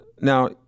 Now